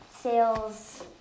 sales